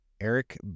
Eric